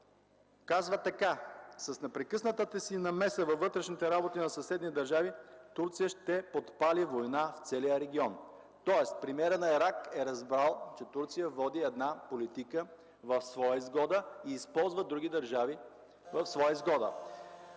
Заман”: „С непрекъснатата си намеса във вътрешните работи на съседни държави Турция ще подпали война в целия регион”. Тоест премиерът на Ирак е разбрал, че Турция води политика в своя изгода и използва други държави в своя изгода.